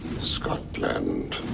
Scotland